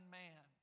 man